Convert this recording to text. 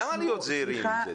למה להיות זהירים עם זה?